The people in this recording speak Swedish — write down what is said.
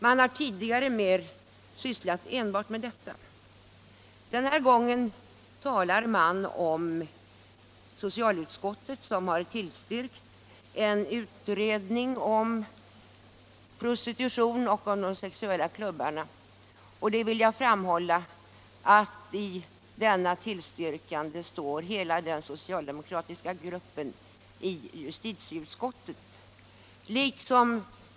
Man har tidigare behandlat enbart detta, men denna gång hänvisar man till socialutskottet, som har tillstyrkt en utredning om prostitutionen och sexklubbarna. Jag vill framhålla att bakom denna tillstyrkan står också hela den socialdemokratiska gruppen i utskottet ehuru vi inte funnit det berättigat att medta denna i vår reservation.